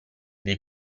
dei